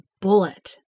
bullet